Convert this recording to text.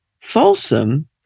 Folsom